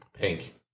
Pink